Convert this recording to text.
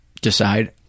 decide